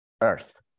earth